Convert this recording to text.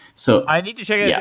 so i need to check it. yeah